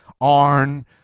Arn